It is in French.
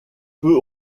peu